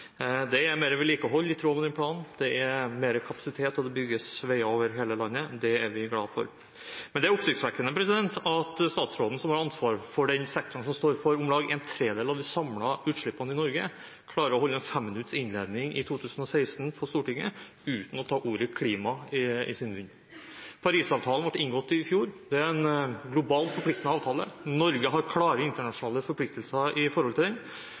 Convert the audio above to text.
Det er mer vedlikehold, i tråd med den planen, det er mer kapasitet, og det bygges veier over hele landet. Det er vi glade for. Men det er oppsiktsvekkende at statsråden som har ansvaret for den sektoren som står for om lag én tredjedel av de samlede utslippene i Norge, i 2016 klarer å holde en fem minutters innledning på Stortinget uten å ta ordet «klima» i sin munn. Paris-avtalen ble inngått i fjor. Det er en global, forpliktende avtale. Norge har klare internasjonale forpliktelser knyttet til den,